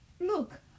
Look